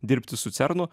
dirbti su cernu